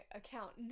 account